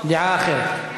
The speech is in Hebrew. דעה אחרת,